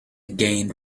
gained